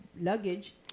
luggage